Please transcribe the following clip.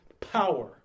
power